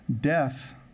Death